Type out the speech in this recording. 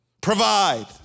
Provide